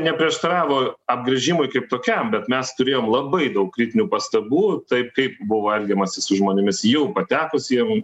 neprieštaravo apgręžimui kaip tokiam bet mes turėjom labai daug kritinių pastabų taip kaip buvo elgiamasi su žmonėmis jau patekusiem